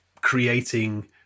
creating